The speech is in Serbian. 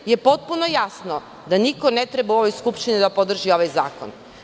Valjda je potpuno jasno da niko ne treba u ovoj Skupštini da podrži ovaj zakon.